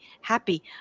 happy